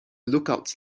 lookouts